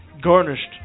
garnished